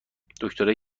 دکترای